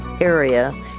area